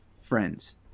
Friends